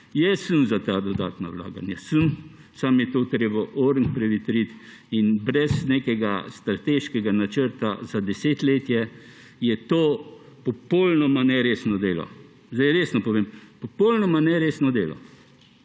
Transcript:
Jaz sem za ta dodatna vlaganja, sem, samo je treba to temeljito prevetriti. Brez nekega strateškega načrta za desetletje je to popolnoma neresno delo, zdaj resno povem, popolnoma neresno delo.